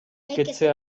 кетсе